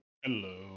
Hello